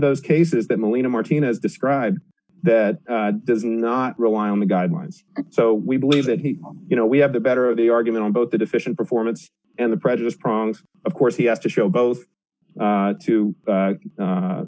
those cases that molina martinez described that does not rely on the guidelines so we believe that he you know we have the better of the argument on both the deficient performance and the prejudice prongs of course he has to show both to to